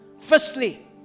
firstly